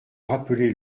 rappeler